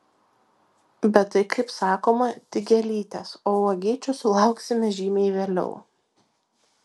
bet tai kaip sakoma tik gėlytės o uogyčių sulauksime žymiai vėliau